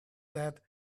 that